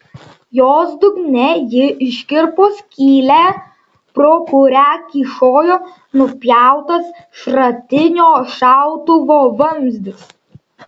jos dugne ji iškirpo skylę pro kurią kyšojo nupjautas šratinio šautuvo vamzdis